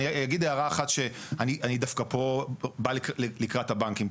אני אגיד הערה אחת שאני דווקא פה בא לקראת הבנקים.